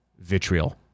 vitriol